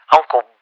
Uncle